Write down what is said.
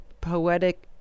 poetic